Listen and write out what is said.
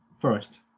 first